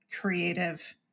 creative